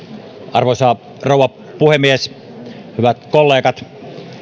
arvoisa rouva puhemies hyvät kollegat